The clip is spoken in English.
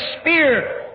spear